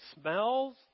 smells